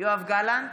יואב גלנט,